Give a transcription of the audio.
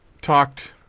talked